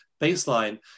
baseline